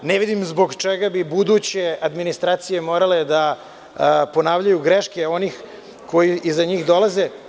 Ne vidim zbog čega bi buduće administracije morale da ponavljaju greške onih koji iza njih dolaze.